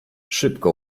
szybko